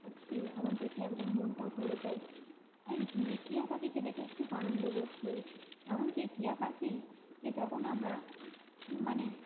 সত্যি আমার দেখলে একদম মনটা ভরে যায় আমি টিয়া পাখিকে দেখে খুব আনন্দ বোধ করি এমনকি এই টিয়া পাখিকে যখন আমরা মানে